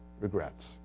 regrets